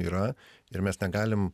yra ir mes negalim